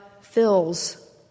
fills